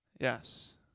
Yes